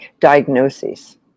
diagnoses